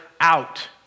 out